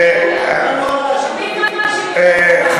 קל נורא להאשים את המדינה.